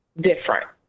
different